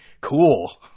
cool